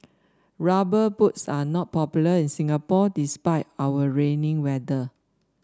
rubber boots are not popular in Singapore despite our rainy weather